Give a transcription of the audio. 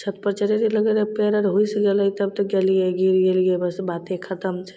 छतपर चढ़ै रहिए लागै रहै लगै रहै पाएर आओर हुसि गेलै तब तऽ गेलिए गिर गेलिए बस बाते खतम छै